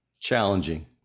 Challenging